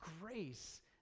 grace